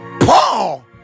Paul